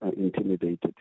intimidated